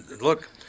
look